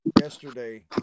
yesterday